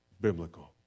biblical